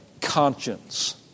conscience